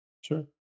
Sure